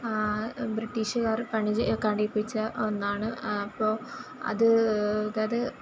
ബ്രിട്ടീഷുകാർ പണി ചെ കഴിപ്പിച്ച ഒന്നാണ് അപ്പോൾ അത് ഇതൊര്